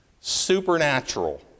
Supernatural